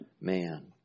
man